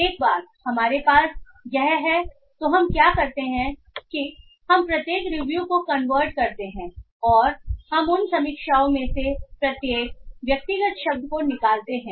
एक बार हमारे पास यह है हम क्या करते हैं कि हम प्रत्येक रिव्यू को कन्वर्ट करते हैं और हम उन समीक्षाओं में से प्रत्येक व्यक्तिगत शब्द को निकालते हैं